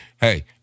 Hey